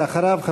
ואחריו,